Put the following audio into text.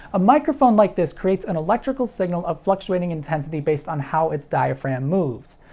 a microphone like this creates an electrical signal of fluctuating intensity based on how its diaphragm moves.